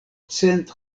cent